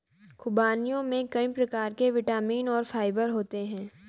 ख़ुबानियों में कई प्रकार के विटामिन और फाइबर होते हैं